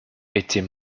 était